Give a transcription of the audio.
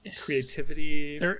Creativity